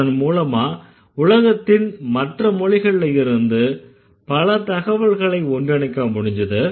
அதன்மூலமா உலகத்தின் மற்ற மொழிகள்ல இருந்து பல தகவல்களை ஒன்றிணைக்க முடிஞ்சுது